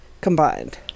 combined